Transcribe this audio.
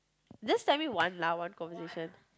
just tell me one lah one conversation